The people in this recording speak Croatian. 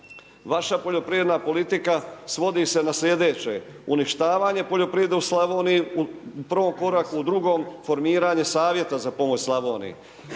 Vaša poljoprivredna politika svodi se na sljedeće, uništavanje poljoprivrede u Slavoniji u prvom koraku, u drugom formiranje savjeta za pomoć Slavoniji.